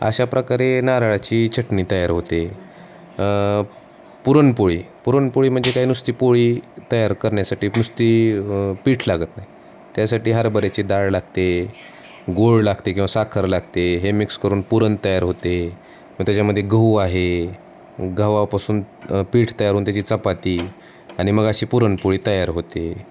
अशा प्रकारे नारळाची चटणी तयार होते पुरणपोळी पुरणपोळी म्हणजे काही नुसती पोळी तयार करण्यासाठी नुसती पीठ लागत नाही त्यासाठी हरभऱ्याची डाळ लागते गूळ लागते किंवा साखर लागते हे मिक्स करून पुरण तयार होते मग त्याच्यामध्ये गहू आहे गव्हापासून पीठ तयार होऊन त्याची चपाती आणि मग अशी पुरणपोळी तयार होते